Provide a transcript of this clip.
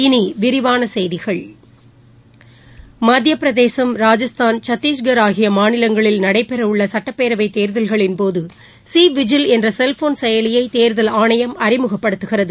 இனிவிரிவானசெய்திகள் மத்தியப் பிரதேசம் சத்தீஸ்கள் ராஜஸ்தான் ஆகியமாநிலங்களில் நடைபெறவுள்ளசட்டப்பேரவைதேர்தல்களின்போதுசி விஜில் என்றசெல்போன் செயலியைதேர்தல் ஆணையம் அறிமுகப்படுத்துகிறது